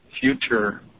future